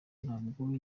ntabwo